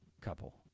couple